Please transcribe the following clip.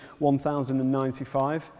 1095